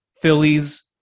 Phillies